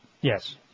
Yes